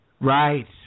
Right